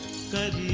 said